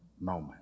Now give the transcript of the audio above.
moment